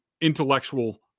intellectual